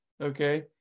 okay